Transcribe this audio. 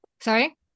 Sorry